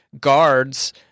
guards